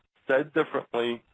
said differently,